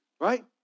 Right